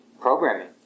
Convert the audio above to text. programming